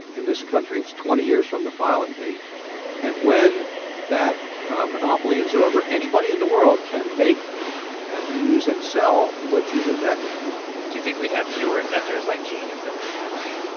in this country, it's twenty years from the filing date and when that monopoly is over, anybody in the world can make and use and sell what you've invented do you think we'd have fewer inventors like gene if there weren't patents?